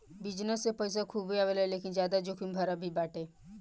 business से पईसा खूबे आवेला लेकिन ज्यादा जोखिम भरा भी बाटे